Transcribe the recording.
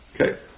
Okay